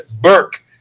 Burke